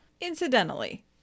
Incidentally